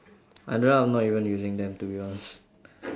I ended up not even using them to be honest